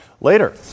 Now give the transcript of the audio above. later